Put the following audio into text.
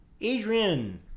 Adrian